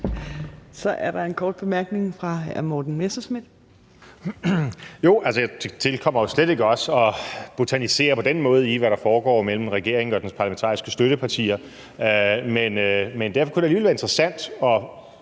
Så er der en kort bemærkning fra hr. Morten Messerschmidt. Kl. 15:22 Morten Messerschmidt (DF): Det tilkommer jo slet ikke os at botanisere på den måde i, hvad der foregår mellem regeringen og dens parlamentariske støttepartier. Men derfor kunne det alligevel være interessant at